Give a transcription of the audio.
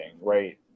Right